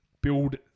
Build